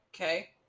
Okay